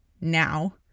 now